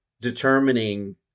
determining